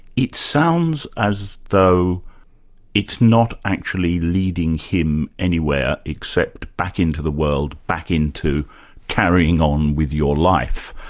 it sounds as though it's not actually leading him anywhere except back into the world, back into carrying on with your life.